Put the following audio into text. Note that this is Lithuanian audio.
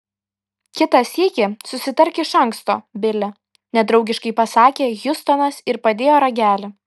kitą sykį susitark iš anksto bili nedraugiškai pasakė hjustonas ir padėjo ragelį